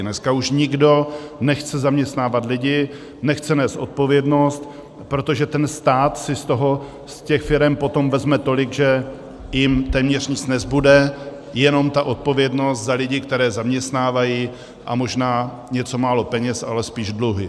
Dneska už nikdo nechce zaměstnávat lidi, nechce nést odpovědnost, protože stát si z těch firem potom vezme tolik, že jim téměř nic nezbude, jenom ta odpovědnost za lidi, které zaměstnávají, a možná něco málo peněz, ale spíš dluhy.